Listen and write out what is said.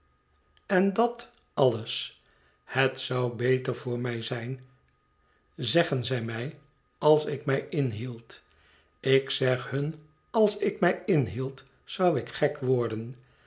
en dat alles het zou beter voor mij zijn zeggen zij mij als ik mij inhield ik zeg hun als ik mij inhield zou ik gek worden